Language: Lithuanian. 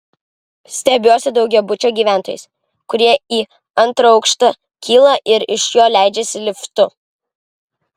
stebiuosi daugiabučių gyventojais kurie į antrą aukštą kyla ir iš jo leidžiasi liftu